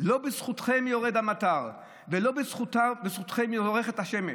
לא בזכותכם יורד המטר ולא בזכותם זורחת השמש,